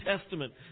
Testament